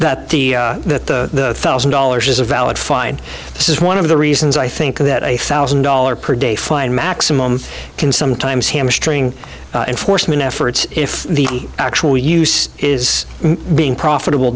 that the that the thousand dollars is a valid fine this is one of the reasons i think that a thousand dollars per day fine maximum can sometimes hamstring enforcement efforts if the actual use is being profitable